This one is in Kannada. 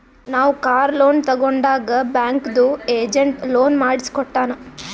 ನಾವ್ ಕಾರ್ ಲೋನ್ ತಗೊಂಡಾಗ್ ಬ್ಯಾಂಕ್ದು ಏಜೆಂಟ್ ಲೋನ್ ಮಾಡ್ಸಿ ಕೊಟ್ಟಾನ್